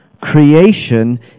Creation